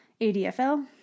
ADFL